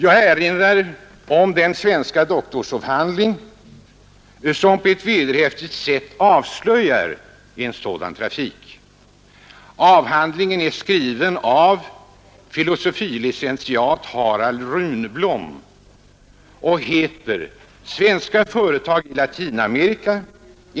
Jag erinrar om den svenska doktorsavhandling som på ett vederhäftigt sätt avslöjar en sådan trafik. Avhandlingen är skriven av filosofie licentiat Harald Runblom och heter: ”Svenska företag i Latinamerika.